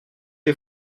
les